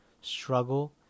struggle